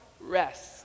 rest